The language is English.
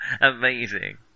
Amazing